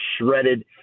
shredded